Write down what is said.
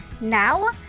Now